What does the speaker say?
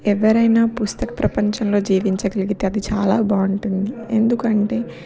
ఎవరైనా పుస్తక ప్రపంచంలో జీవించగలిగితే అది చాలా బాగుంటుంది ఎందుకంటే